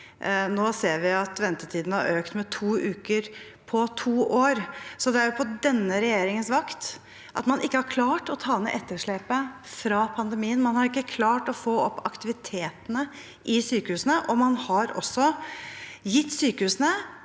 Nå ser vi at ventetidene har økt med to uker på to år, så det er på denne regjeringens vakt man ikke har klart å ta ned etterslepet fra pandemien. Man har ikke klart å få opp aktiviteten i sykehusene, og man har gitt sykehusene